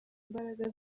imbaraga